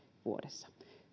vuodessa